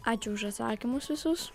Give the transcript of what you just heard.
ačiū už atsakymus visus